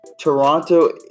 Toronto